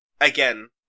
again